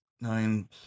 nine